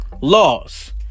Laws